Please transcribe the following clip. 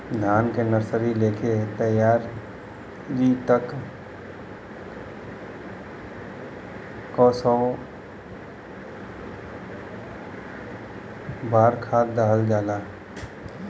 धान के नर्सरी से लेके तैयारी तक कौ बार खाद दहल जाला?